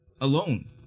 alone